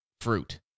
fruit